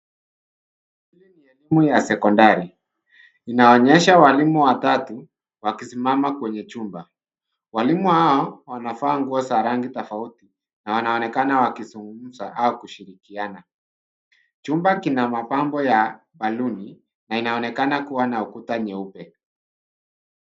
Hii ni elimu ya sekondari, inaonyesha walimu watatu wakisimama kwenye chumba. Walimu hao wanavaa nguo za rangi tofauti na wanaonekana wakizungumza au kushirikiana. Chumba kina mapambo ya baluni na inaonekana kuwa na ukuta nyeupe.